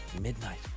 Midnight